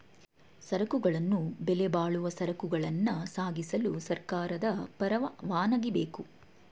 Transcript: ಸರಕುಗಳನ್ನು ಬೆಲೆಬಾಳುವ ಸರಕುಗಳನ್ನ ಸಾಗಿಸಲು ಸರ್ಕಾರದ ಪರವಾನಗಿ ಬೇಕು